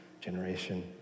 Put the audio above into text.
generation